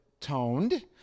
toned